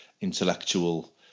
intellectual